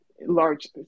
large